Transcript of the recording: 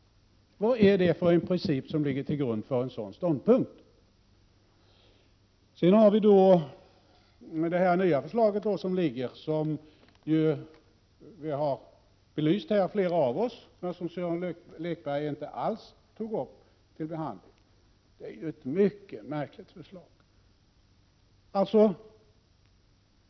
Vad är det för en princip som ligger till grund för en sådan ståndpunkt? Det nya förslag som nu föreligger, ett förslag som flera av oss här har belyst men som Sören Lekberg inte alls tog upp till behandling, är ett mycket märkligt förslag.